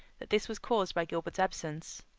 that this was caused by gilbert's absence.